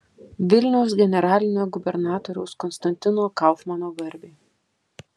vilniaus generalinio gubernatoriaus konstantino kaufmano garbei